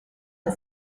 has